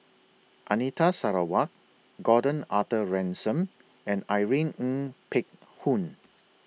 Anita Sarawak Gordon Arthur Ransome and Irene Ng Phek Hoong